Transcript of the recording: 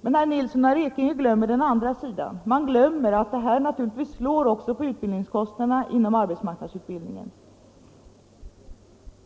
Men herr Nilsson och herr Ekinge glömmer den andra sidan, att detta naturligtvis slår också på utbildningskostnaderna inom arbetsmarknadsutbildningen.